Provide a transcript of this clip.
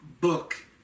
book